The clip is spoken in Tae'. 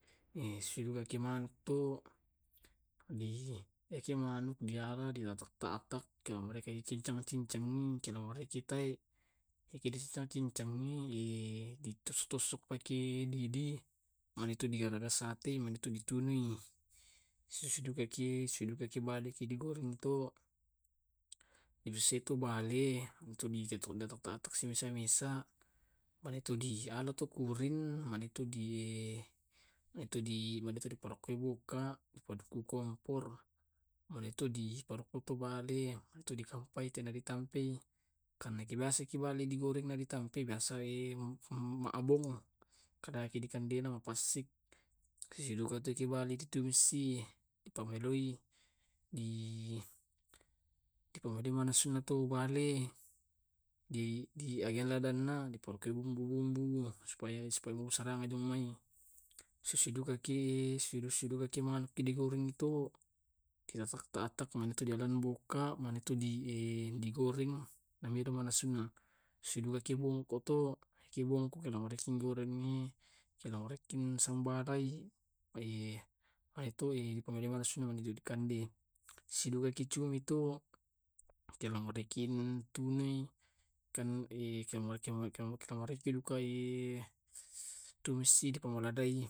Sisidugaki manuk to eke manuk di ala di tatak-tatak, eke dicincang-cincang. Eki dicincang-cincangi di tusuk tusuk pake lidi manitu di sate manitu di tunui. Sisidugaki sisidugaki balik digoreng to. Abis tu bale ditatok tatok se misa misa mani to di alot to kurin, manitu di manitu di manitu diparokoi buka, dipadukku kompor, manitu di parukuto bale manitu dikampai tena ditampai. Karena ki biasaki bale digorengna na ditampai, biasai ma abong, dikandeina mapasse, sisidugaki tu bale ditumisi. Dipameloi di dipameloi manasunna to bale. Di di agai ladanna dipakei bumbu-bumbu supaya supaya mesarangna jo mai. Sisidugaki sisidugaki manuki digorengi to, ditatak-tatak, manitu dialaing buka, manitu di digoreng nasunna. Sisidugaki bungkok to ki bungkok goreng mi sambal rai. manitu ripamai nasunna dikandei. Sisidugaki cumi to, kelang marekinen tunui kan mareki dukai tumisi di pamaladai.